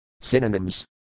Synonyms